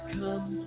come